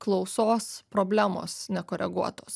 klausos problemos nekoreguotos